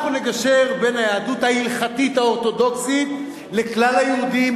אנחנו נגשר בין היהדות ההלכתית האורתודוקסית לכלל היהודים,